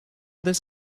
this